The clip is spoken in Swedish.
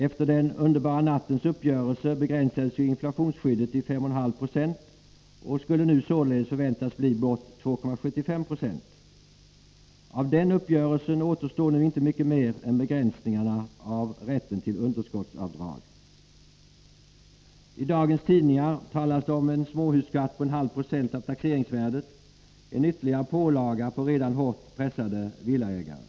Efter den underbara nattens uppgörelse begränsades ju inflationsskyddet till 5,5 96 och skulle nu således förväntas bli blott 2,75 26. Av den uppgörelsen återstår nu inte mycket mer än begränsningen av underskottsavdragen. I dagens tidningar talas det om en småhusskatt på 0,5 20 av taxeringsvärdet, en ytterligare pålaga på redan hårt pressade villaägare.